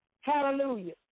Hallelujah